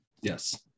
Yes